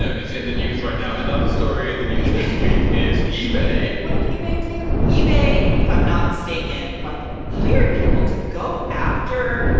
is in the news right now. another story in the news this week is ebay what did ebay do? ebay, if i'm not mistaken, like hired people to go after,